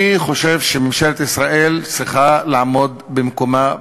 אני חושב שממשלת ישראל צריכה לעמוד במקומה,